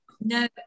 No